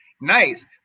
nice